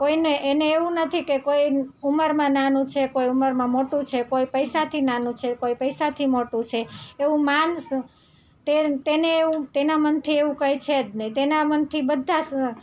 કોઈને એને એવુ નથી કે કોઈ ઉંમરમાં નાનું છે કોઈ ઉંમરમાં મોટું છે કોઈ પૈસાથી નાનું છે કોઈ પૈસાથી મોટું છે એવું માનીશું તેમ તેને એવું તેનાં મનથી એવું કહે છે જ ને તેના મનથી બધાં